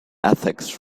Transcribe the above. ethics